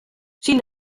sin